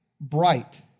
bright